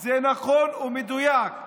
זה נכון ומדויק.